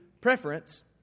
preference